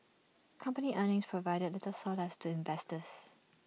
company earnings provided little solace to investors